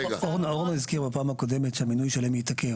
אורנה הזכירה בפעם הקודמת שהמינוי שלהם התעכב.